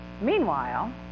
Meanwhile